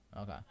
Okay